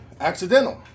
accidental